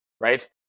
right